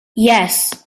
yes